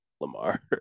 Lamar